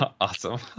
Awesome